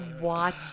watch